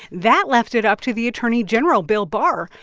that left it up to the attorney general, bill barr,